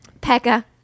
Pekka